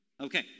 Okay